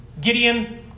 Gideon